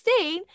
16